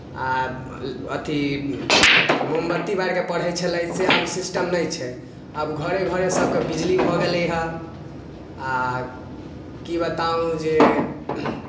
आ अथि मोमबत्ती बारि कऽ पढ़ै छलै से आब सिस्टम नहि छै आब घरे घरे सभके बिजली भऽ गेलै हे आ की बताउ जे